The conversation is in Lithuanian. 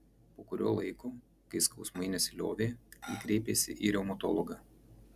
po kurio laiko kai skausmai nesiliovė ji kreipėsi į reumatologą